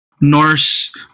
Norse